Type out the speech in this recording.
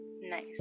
Nice